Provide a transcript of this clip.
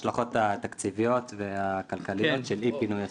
אני מתאמץ --- אתייחס להשלכות התקציביות והכלכליות של אי פינוי השדה.